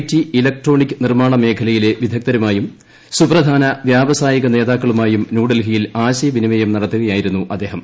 T electronic നിർമ്മാണ മേഖലയിലെ വിദഗ്ധരുമായും സുപ്രധാന്ദ് പൃാവസായിക നേതാക്കളുമായും ന്യൂഡൽഹിയിൽ ആശ്യ്യപ്പിനിമയം നടത്തുകയായിരുന്നു അദ്ദേഹം